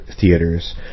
theaters